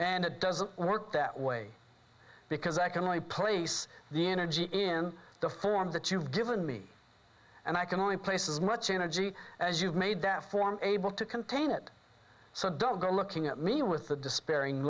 and it doesn't work that way because i can only place the energy in the form that you've given me and i can only place as much energy as you made that form able to contain it so don't go looking at me with the despairing